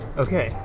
okay.